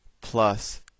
plus